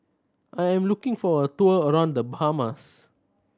I am looking for a tour around The Bahamas